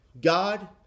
God